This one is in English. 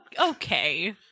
okay